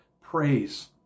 praise